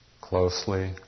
closely